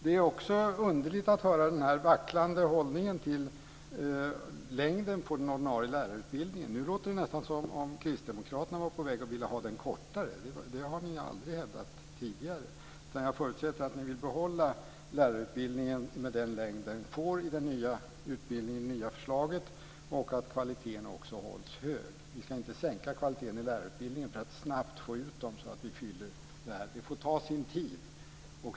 Det är också underligt att höra den här vacklande hållningen till längden på den ordinarie lärarutbildningen. Nu låter det nästan som om Kristdemokraterna var på väg att vilja ha den kortare. Det har ni aldrig hävdat tidigare. Jag förutsätter att ni vill behålla lärarutbildningen med den längd den får i det nya förslaget samtidigt som kvaliteten också hålls hög. Vi ska inte sänka kvaliteten i lärarutbildningen för att snabbt få ut dem så att vi fyller behovet. Det får ta sin tid.